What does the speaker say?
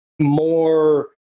more